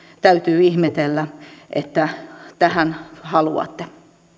täytyy ihmetellä että tähän haluatte